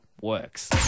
works